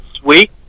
sweet